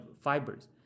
fibers